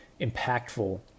impactful